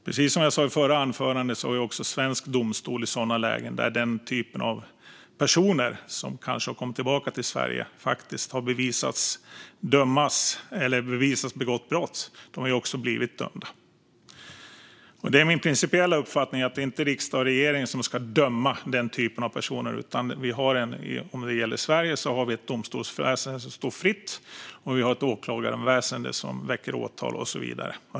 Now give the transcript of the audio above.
Precis som jag sa i mitt förra anförande har den typen av personer, när de har kommit tillbaka till Sverige och faktiskt bevisats ha begått brott, också blivit dömda i svensk domstol. Min principiella uppfattning är att det inte är riksdag och regering som ska döma denna typ av personer. Om det gäller Sverige har vi ett domstolsväsen som står fritt, ett åklagarväsen som väcker åtal och så vidare.